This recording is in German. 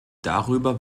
darüber